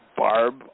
Barb